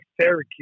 Syracuse